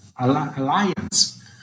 alliance